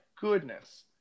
goodness